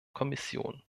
kommission